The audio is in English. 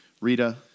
Rita